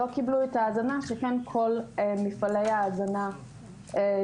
לא קיבלו את ההזנה שכן כל מפעלי ההזנה נסגרו.